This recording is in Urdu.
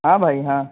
ہاں بھائی ہاں